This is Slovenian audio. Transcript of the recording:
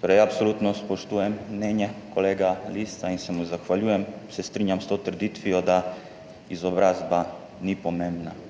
Torej absolutno spoštujem mnenje kolega Lisca in se mu zahvaljujem. Se strinjam s to trditvijo, da izobrazba ni pomembna,